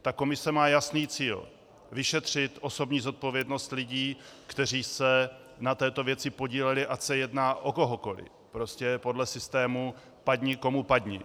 Ta komise má jasný cíl vyšetřit osobní zodpovědnost lidí, kteří se na této věci podíleli, ať se jedná o kohokoli, prostě podle systému padni komu padni.